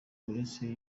uretse